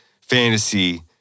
Fantasy